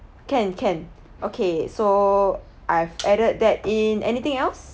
can can okay so I've added that in anything else